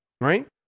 right